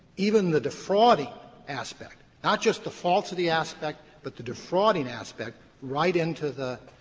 even the defrauding aspect, not just the falsity aspect, but the defrauding aspect right into the